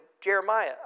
Jeremiah